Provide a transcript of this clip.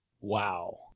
Wow